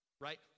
right